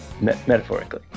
Metaphorically